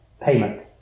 payment